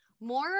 more